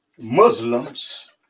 Muslims